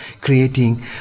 creating